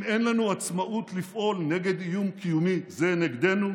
אם אין לנו עצמאות לפעול נגד איום קיומי זה נגדנו,